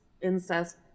incest